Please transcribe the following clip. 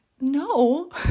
no